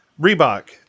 reebok